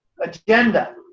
agenda